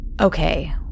Okay